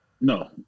No